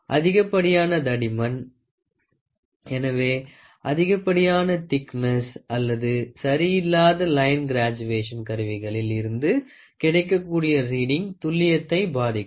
அதிகப்படியான தடிமன் எனவே அதிகப்படியான திக்னஸ் அல்லது சரி இல்லாத லைன் கிராடுவேஷன் கருவிகளில் இருந்து கிடைக்கக்கூடிய ரீடிங் துல்லியத்தை பாதிக்கும்